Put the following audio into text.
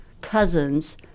cousins